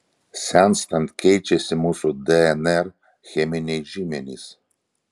senstant keičiasi mūsų dnr cheminiai žymenys